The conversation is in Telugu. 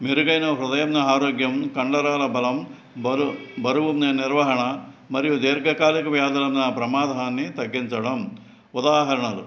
మెరుగైన హృదయంగా ఆరోగ్యం కండరాల బలం బరు బరువు ఉన్న నిర్వాహణ మరియు దీర్ఘ కాలిక వ్యాధులున్న ప్రమాదాన్ని తగ్గించడం ఉదాహరణలు